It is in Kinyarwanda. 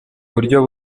buryo